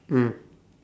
mm